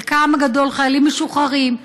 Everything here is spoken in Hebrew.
חלקם הגדול חיילים משוחררים,